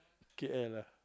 K L ah